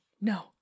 no